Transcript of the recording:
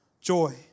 joy